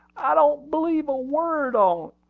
i don't believe a word on't!